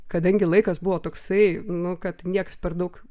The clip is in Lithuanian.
kadangi laikas buvo toksai nu kad niekas per daug